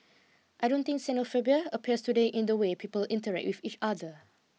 I don't think xenophobia appears today in the way people interact with each other